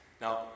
now